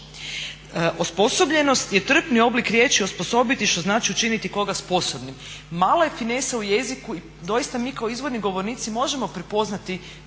Osposobljenost je trpni oblik riječi osposobiti što znači učiniti koga sposobnim. Malo je finesa u jeziku i doista mi kao izvorni govornici možemo prepoznati